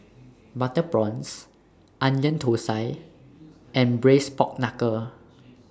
Butter Prawns Onion Thosai and Braised Pork Knuckle